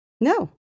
No